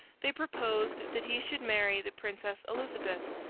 they proposed that he should marry the princess elizabeth,